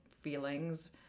feelings